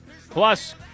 Plus